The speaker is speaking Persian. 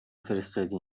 فرستادی